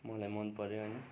मलाई मन पऱ्यो होइन